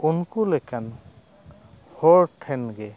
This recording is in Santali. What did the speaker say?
ᱩᱱᱠᱩ ᱞᱮᱠᱟᱱ ᱦᱚᱲ ᱴᱷᱮᱱ ᱜᱮ